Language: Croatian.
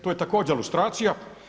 To je također lustracija.